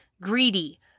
greedy